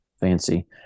fancy